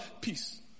Peace